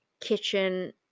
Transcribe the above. kitchen